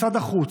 משרד החוץ,